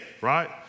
right